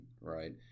right